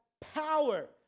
power